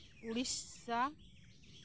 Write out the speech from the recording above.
Odisha